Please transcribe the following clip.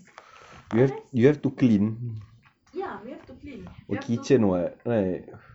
sunrise ya we have to clean we have to